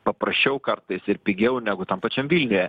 paprasčiau kartais ir pigiau negu tam pačiam vilniuje